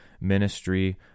ministry